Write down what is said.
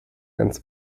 ganz